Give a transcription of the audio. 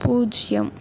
பூஜ்ஜியம்